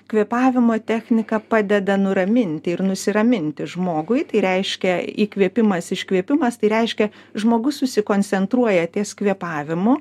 kvėpavimo technika padeda nuraminti ir nusiraminti žmogui tai reiškia įkvėpimas iškvėpimas tai reiškia žmogus susikoncentruoja ties kvėpavimu